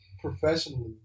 professionally